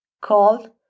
called